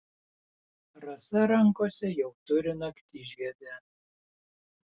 rasa rankose jau turi naktižiedę